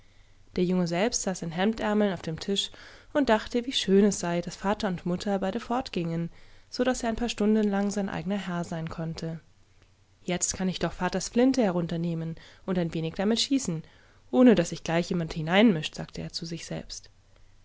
der junge selbst saß in hemdärmeln auf dem tisch und dachte wie schön es sei daß vater und mutter beide fortgingen so daß er ein paar stunden lang sein eigener herr sein konnte jetzt kann ich doch vaters flinte herunternehmen und ein wenig damit schießen ohne daß sich gleich jemand dahineinmischt sagte er zu sich selbst